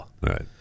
Right